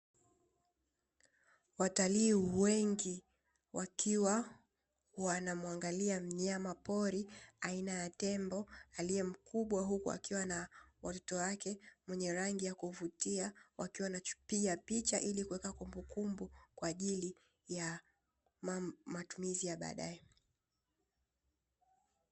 Watalii wengi wakiwa wanamuangalia mnyama pori aina ya tembo aliye mkubwa, huku akiwa na watoto wake mwenye rangi ya kuvutia, wakiwa wanapiga picha ilikuweka kumbukumbu kwa ajili ya matumizi ya badae.